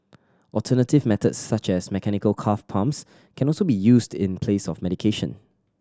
alternative method such as mechanical calf pumps can also be used in place of medication